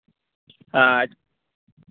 ᱟᱪᱪᱷᱟ